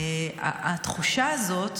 התחושה הזאת